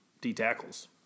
D-tackles